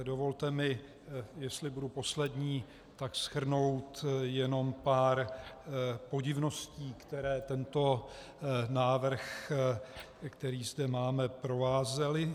Dovolte mi, jestli budu poslední, tak shrnout jenom pár podivností, které tento návrh, který zde máme, provázely.